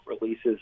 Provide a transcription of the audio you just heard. releases